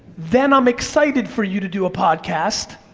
then i'm excited for you to do a podcast,